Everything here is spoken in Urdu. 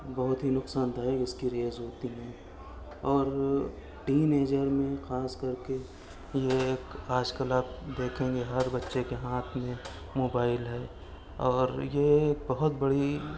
بہت ہی نقصان دہ اس کی ریز ہوتی ہیں اور ٹین ایجر میں خاص کر کے یہ ایک آج کل آپ دیکھیں گے ہر بچے کے ہاتھ میں موبائل ہے اور یہ ایک بہت بڑی